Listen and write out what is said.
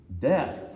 Death